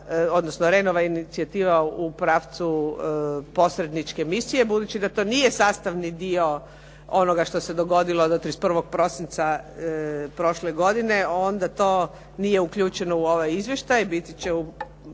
odnosno Renova inicijativa u pravcu posredničke misije. Budući da to nije sastavni dio onoga što se dogodilo do 31. prosinca prošle godine, onda to nije uključeno u ovaj izvještaj, biti će u